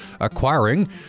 acquiring